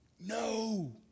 no